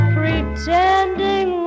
pretending